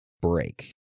break